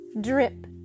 Drip